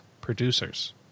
producers